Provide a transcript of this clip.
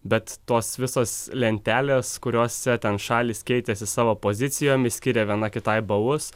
bet tos visos lentelės kuriose ten šalys keitėsi savo pozicijomis skyrė viena kitai balus